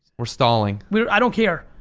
we're stalling. we're, i don't care.